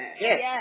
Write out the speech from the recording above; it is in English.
Yes